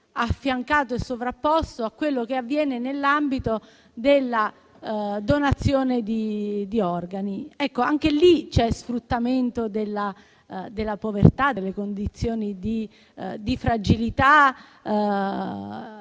affiancato e sovrapposto a quanto avviene nell'ambito della donazione di organi. Anche lì c'è sfruttamento della povertà e delle condizioni di fragilità.